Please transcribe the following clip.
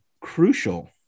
crucial